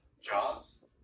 Jaws